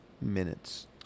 minutes